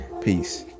Peace